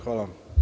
Hvala.